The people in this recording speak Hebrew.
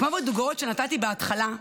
כמו בדוגמאות שנתתי בהתחלה,